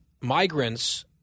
migrants